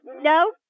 no